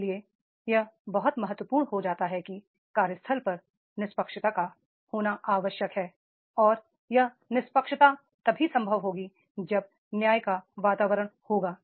इसलिए यह बहुत महत्वपूर्ण हो जाता है कि कार्यस्थल पर निष्पक्षता का होना आवश्यक हो और यह निष्पक्षता तभी संभव होगी जब न्याय का वातावरण होगा